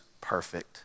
perfect